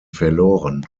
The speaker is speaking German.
verloren